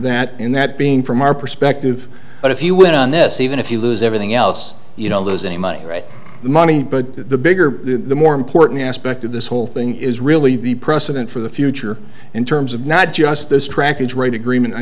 that in that being from our perspective but if you went on this even if you lose everything else you know those any money right money but the bigger the more important aspect of this whole thing is really the precedent for the future in terms of not just